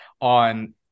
on